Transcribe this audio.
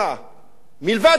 מלבד תמונה אחת